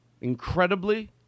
Incredibly